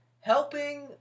helping